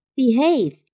,behave